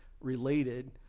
related